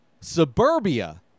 Suburbia